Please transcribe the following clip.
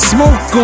Smoke